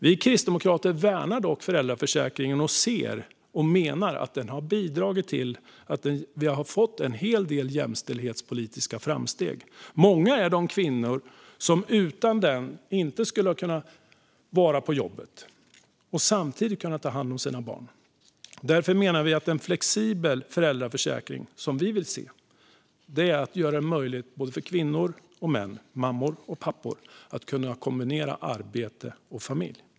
Vi kristdemokrater värnar dock föräldraförsäkringen och ser och menar att den har bidragit till att vi har fått en hel del jämställdhetspolitiska framsteg. Många är de kvinnor som utan den inte skulle ha kunnat vara på jobbet och samtidigt kunnat ta hand om sina barn. Därför menar vi att en flexibel föräldraförsäkring som vi vill se är att göra det möjligt för både kvinnor och män, mammor och pappor, att kombinera arbete och familj.